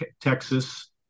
Texas